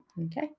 Okay